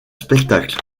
spectacle